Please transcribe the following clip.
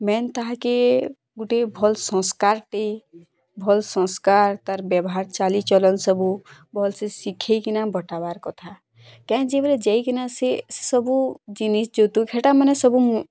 main ଥାଏ କେ ଗୋଟେ ଭଲ୍ ସଂସ୍କାର୍ଟି ଭଲ୍ ସଂସ୍କାର୍ ତା'ର ବ୍ୟବହାର ଚାଲି ଚଲନ୍ ସବୁ ଭଲ୍ସେ ଶିଖେଇ କିନା ବଟାବାର କଥା କାଇଁ ଯିବିରେ ଯାଇ କିନା ସବୁ ଜିନିଷ୍ ଯୌତୁକ ହେଟା ମାନେ ସବୁ